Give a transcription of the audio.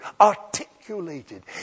articulated